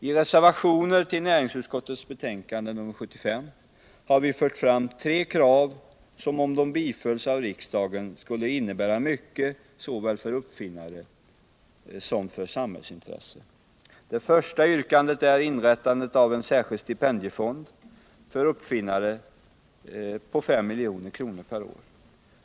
I reservationer till näringsutskottets betänkande nr 75 har vi fört fram tre krav som, om de bifalls av riksdagen, skulle innebära mycket såväl för uppfinnarna som för samhällsintresset. Det första yrkandet är inrättandet av en stipendiefond för uppfinnare på 5 milj.kr. per år.